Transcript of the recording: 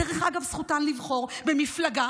דרך אגב, זכותן לבחור במפלגה